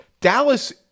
Dallas